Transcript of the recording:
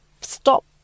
stop